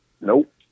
Nope